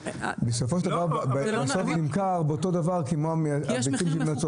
בסופו של דבר בסוף זה נמכר אותו דבר כמו הביצים שהיא מייצרת.